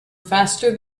faster